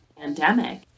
pandemic